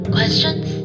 Questions